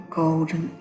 golden